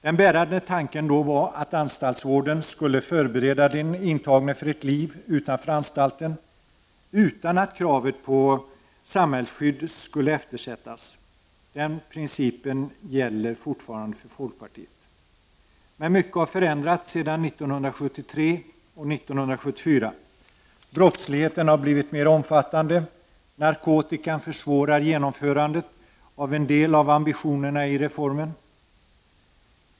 Den bärande tanken var då att anstaltsvården skulle förbereda den intagne för ett liv utanför anstalten, utan att kravet på samhällsskydd skulle eftersättas. Den principen gäller fortfarande för folkpartiet. Men mycket har förändrats sedan 1973 och 1974. Brottsligheten har blivit mer omfattande, och narkotikan försvårar genomförandet av en del av ambitionerna i reformen.